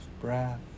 breath